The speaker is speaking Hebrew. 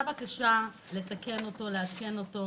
הייתה בקשה לעדכן ולתקן את הסעיף הנ"ל.